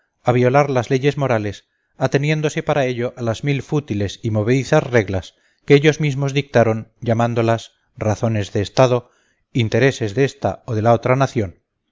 a violar las leyes morales ateniéndose para ello a las mil fútiles y movedizas reglas que ellos mismos dictaron llamándolas razones de estado intereses de esta o de la otra nación